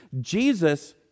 Jesus